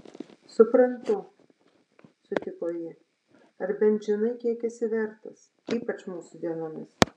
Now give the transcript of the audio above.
suprantu sutiko ji ar bent žinai kiek esi vertas ypač mūsų dienomis